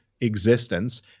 existence